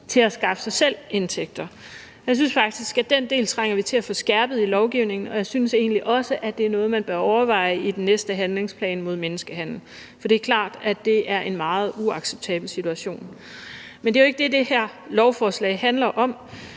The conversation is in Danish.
til at skaffe sig selv indtægter. Jeg synes faktisk, at vi trænger til at få skærpet den del i lovgivningen, og jeg synes egentlig også, at det er noget, man bør overveje i den næste handlingsplan mod menneskehandel, for det er klart, at det er en meget uacceptabel situation. Men det er jo ikke det, det her lovforslag handler om.